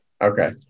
Okay